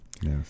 Yes